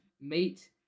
meat